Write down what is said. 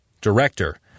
Director